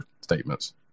statements